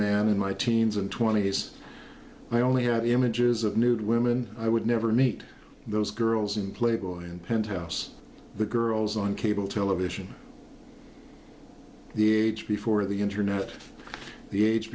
man in my teens and twenties i only have images of nude women i would never meet those girls in playboy and penthouse the girls on cable television the age before the internet the age